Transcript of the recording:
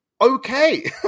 okay